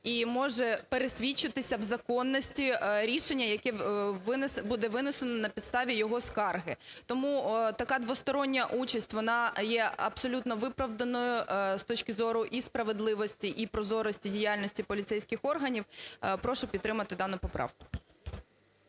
і може пересвідчитися в законності рішення, яке буде винесено на підставі його скарги. Тому така двостороння участь, вона є абсолютно виправданою з точки зору і справедливості, і прозорості діяльності поліцейських органів. Прошу підтримати дану поправку.